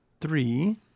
three